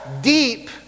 deep